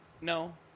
No